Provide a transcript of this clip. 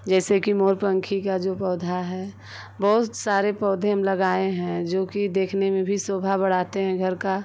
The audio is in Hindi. जैसे कि मोरपन्खी का जो पौधा है बहुत सारे पौधे हम लगाए हैं जो कि देखने में भी शोभा बढ़ाते हैं घर का